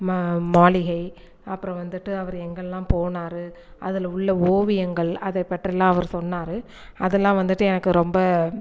மா மாளிகை அப்புறோம் வந்துட்டு அவர் எங்கெல்லாம் போனார் அதில் உள்ள ஓவியங்கள் அதை பற்றிலாம் அவர் சொன்னார் அதெலாம் வந்துட்டு எனக்கு ரொம்ப